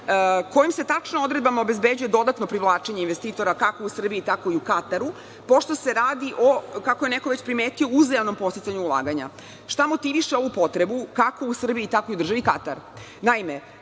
Kojim se tačno odredbama obezbeđuje dodatno privlačenje investitora kako u Srbiji tako i u Kataru, pošto se radi, kako je već neko primetio o uzajamnom podsticanju ulaganja. Šta motiviše ovu potrebu kako u Srbiji, tako i u državi Katar? Naime,